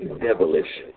devilish